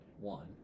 one